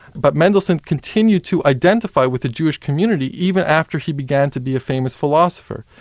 but mendelssohn continued to identify with the jewish community even after he began to be a famous philosopher.